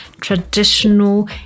traditional